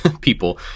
people